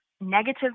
negative